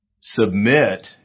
submit